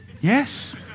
Yes